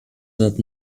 that